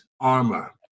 armor